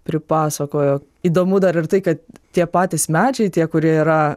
pripasakojo įdomu dar ir tai kad tie patys medžiai tie kurie yra